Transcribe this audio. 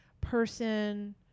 person